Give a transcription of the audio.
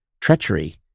treachery